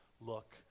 look